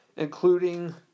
including